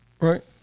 right